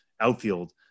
outfield